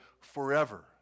forever